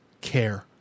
care